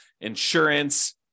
insurance